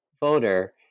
voter